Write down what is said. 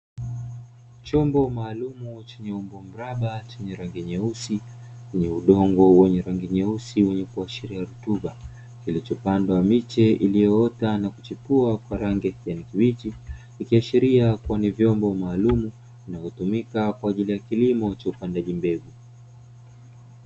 Chombo maalumu, chenye umbo mraba, chenye rangi nyeusi, kwenye udongo wenye rangi nyeusi wenye kuashiria rutuba, kilichopandwa miche iliyoota na kuchipua kwa rangi ya kijani kibichi, ikiashiria kuwa ni vyombo maalumu vinavyotumika kwa ajili ya kilimo cha upandaji mbegu.